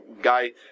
guy